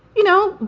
you know,